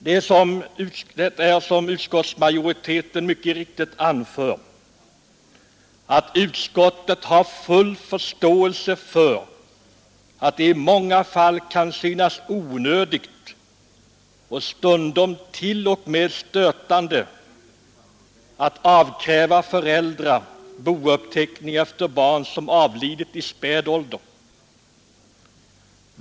Det är så, som utskottsmajoriteten mycket riktigt anför, att utskottet har full förståelse för att det i många fall kan synas onödigt och stundom t.o.m. stötande att avkräva föräldrar bouppteckning efter barn som avlidit i späd ålder.